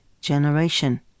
generation